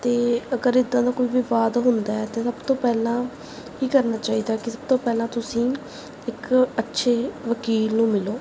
ਅਤੇ ਅਗਰ ਇੱਦਾਂ ਦਾ ਕੋਈ ਵਿਵਾਦ ਹੁੰਦਾ ਹੈ ਤਾਂ ਸਭ ਤੋਂ ਪਹਿਲਾਂ ਕੀ ਕਰਨਾ ਚਾਹੀਦਾ ਹੈ ਕਿ ਸਭ ਤੋਂ ਪਹਿਲਾਂ ਤੁਸੀਂ ਇੱਕ ਅੱਛੇ ਵਕੀਲ ਨੂੰ ਮਿਲੋ